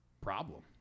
problem